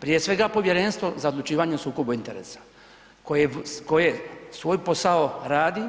Prije svega, Povjerenstvo za odlučivanje o sukobu interesa koje svoj posao radi